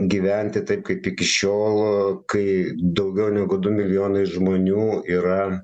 gyventi taip kaip iki šiol kai daugiau negu du milijonai žmonių yra